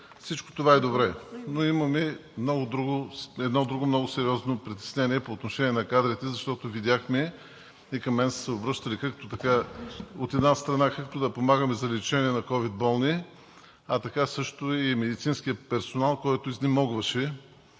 всичко това е добре. Но имаме едно друго много сериозно притеснение по отношение на кадрите, защото видяхме, и към мен са се обръщали, от една страна, както да помагаме за лечение на ковид болни, а така също и медицинският персонал изнемогваше.